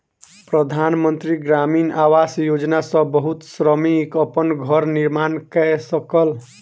प्रधान मंत्री ग्रामीण आवास योजना सॅ बहुत श्रमिक अपन घर निर्माण कय सकल